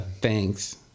Thanks